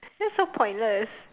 that's so pointless